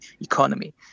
economy